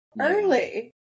early